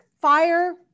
fire